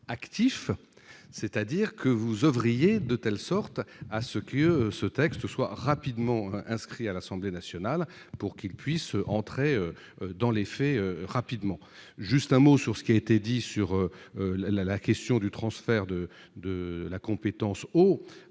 actif, c'est-à-dire que vous ouvriez de telle sorte à ce que ce texte soit rapidement inscrit à l'Assemblée nationale pour qu'il puisse entrer dans les faits rapidement, juste un mot sur ce qui a été dit sur la la question du transfert de de la compétence,